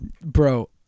Bro